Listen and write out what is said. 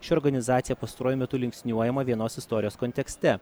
ši organizacija pastaruoju metu linksniuojama vienos istorijos kontekste